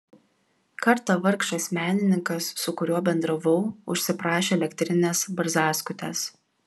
kartą vargšas menininkas su kuriuo bendravau užsiprašė elektrinės barzdaskutės